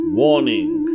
warning